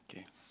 okay